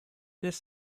des